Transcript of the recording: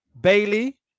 Bailey